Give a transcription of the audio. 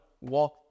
walk